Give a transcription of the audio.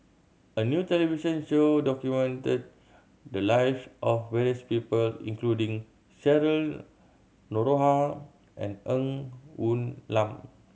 a new television show documented the lives of various people including Cheryl Noronha and Ng Woon Lam